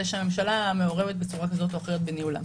שהממשלה מעורבת בצורה כזו או אחרת בניהולם.